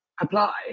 apply